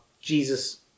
Jesus